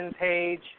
page